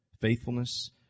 faithfulness